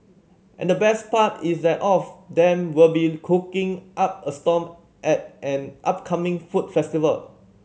and the best part is that of them will be cooking up a storm at an upcoming food festival